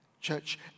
Church